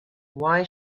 why